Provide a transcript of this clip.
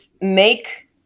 make